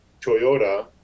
Toyota